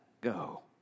go